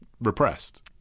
repressed